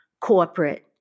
corporate